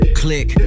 click